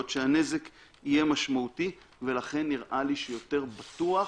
שהנזק יהיה משמעותי ולכן נראה לי יותר בטוח